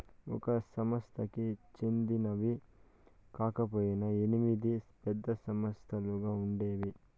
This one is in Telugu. ఒక సంస్థకి చెందినవి కాకపొయినా ఎనిమిది పెద్ద సంస్థలుగా ఉండేవి